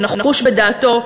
נחוש בדעתו,